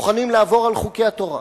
מוכנים לעבור על חוקי התורה,